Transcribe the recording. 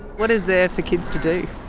what is there for kids to do?